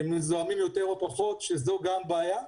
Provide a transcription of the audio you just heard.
מזוהמים יותר או פחות שזו גם בעיה.